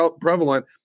prevalent